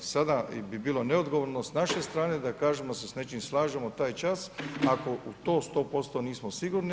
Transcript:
Sada bi bilo neodgovorno s naše strane da kažemo da se s nečim slažemo taj čas ako u to 100% nismo sigurni.